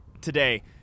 Today